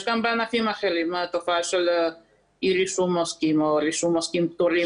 יש גם בענפים אחרים תופעה של אי רישום עוסקים או רישום עוסקים פטורים